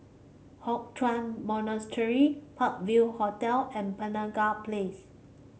Hock Chuan Monastery Park View Hotel and Penaga Place